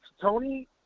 Tony